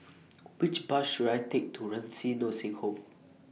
Which Bus should I Take to Renci Nursing Home